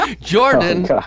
Jordan